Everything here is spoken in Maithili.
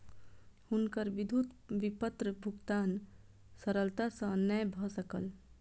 हुनकर विद्युत विपत्र भुगतान सरलता सॅ नै भ सकल